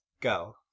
Go